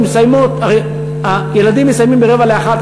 הרי הילדים מסיימים ב-12:45,